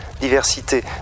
diversité